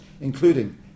...including